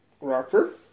Rockford